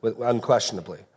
unquestionably